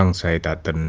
and say that the